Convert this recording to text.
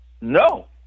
No